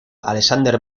alexander